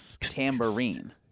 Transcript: Tambourine